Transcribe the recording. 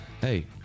Hey